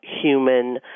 human